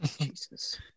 Jesus